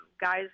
guys